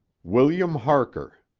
william harker.